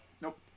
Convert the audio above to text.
Nope